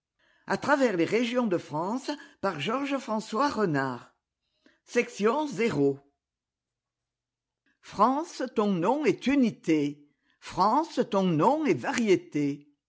a travers les régions de france france ton nom est unité france ton nom est variété